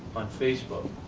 on facebook,